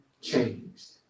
changed